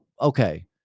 okay